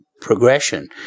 progression